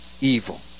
evil